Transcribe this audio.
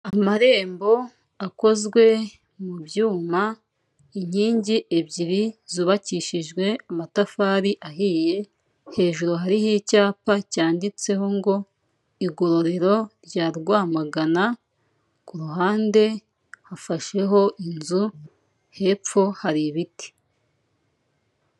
Amarembo akozwe mu byuma inkingi ebyiri zubakishijwe amatafari ahiye hejuru hariho icyapa cyanditseho ngo igororero rya Rwamagana ku ruhande hafasheho inzu hepfo hari ibiti.